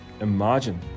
imagine